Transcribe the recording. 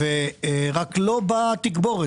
רק שלא באה תגבורת.